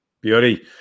Beauty